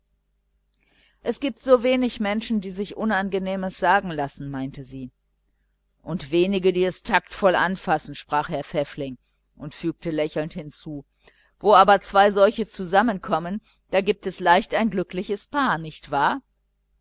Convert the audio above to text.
es gibt so wenig menschen die sich unangenehmes sagen lassen meinte sie und wenige die es taktvoll anfassen sprach herr pfäffling und fügte lächelnd hinzu wo aber zwei solche zusammen kommen gibt es leicht ein glückliches paar nicht wahr